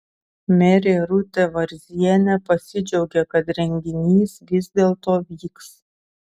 merė irutė varzienė pasidžiaugė kad renginys vis dėlto vyks